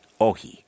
Ohi